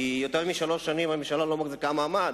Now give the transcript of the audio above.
כי יותר משלוש שנים הממשלה לא מחזיקה מעמד,